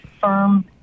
firm